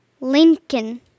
Lincoln